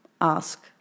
ask